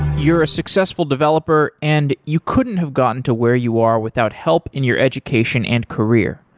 you're a successful developer and you couldn't have gotten to where you are without help in your education and career.